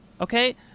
okay